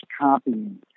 copying